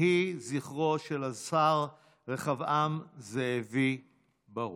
יהי זכרו של השר רחבעם זאבי ברוך.